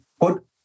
put